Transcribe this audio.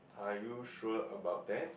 are you sure about that